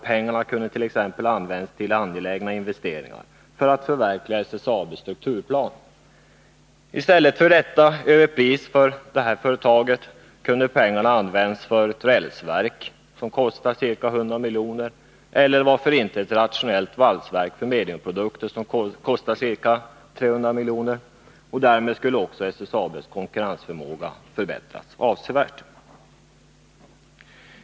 Pengarna kunde t.ex. ha använts till angelägna investeringar för att förverkliga SSAB:s strukturplan. I stället för att betala ett överpris för nämda företag kunde pengarna ha använts för ett rälsverk, som kostar ca 100 miljoner eller — varför inte? — ett rationellt valsverk för mediumprodukter, som kostar ca 300 miljoner. Därmed skulle SSAB:s konkurrensförmåga ha förbättrats avsevärt.